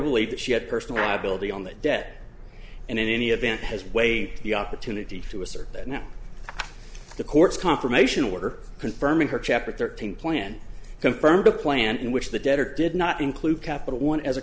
believed that she had personal liability on that debt and in any event has waived the opportunity to assert that now the court's confirmation order confirming her chapter thirteen plan confirmed a plan in which the debtor did not include capital one as a